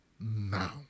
now